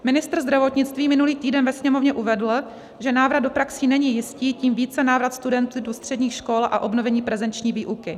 Ministr zdravotnictví minulý týden ve Sněmovně uvedl, že návrat do praxí není jistý, tím více návrat studentů do středních škol a obnovení prezenční výuky.